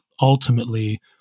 ultimately